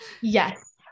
Yes